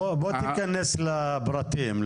בוא תכנס לפרטים,